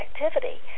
activity